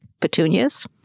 petunias